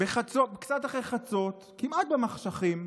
קצת אחרי חצות, כמעט במחשכים,